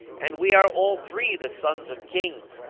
and we are all three the sons of kings,